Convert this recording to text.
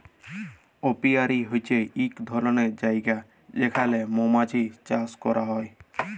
apiary হছে ইক ধরলের জায়গা যেখালে মমাছি চাষ ক্যরা হ্যয়